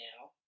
now